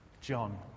John